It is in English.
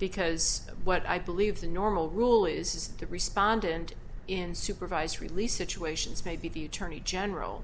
because of what i believe the normal rule is to respond and in supervised release situations maybe the tourney general